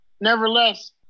nevertheless